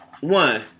one